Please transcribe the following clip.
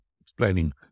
explaining